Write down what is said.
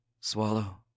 Swallow